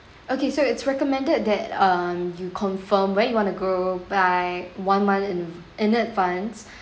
okay so it's recommended that um you confirm where you want to go by one month in in advance